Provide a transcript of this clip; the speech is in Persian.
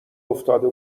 افتاده